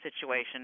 situation